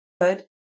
good